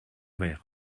ver